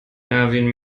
erwin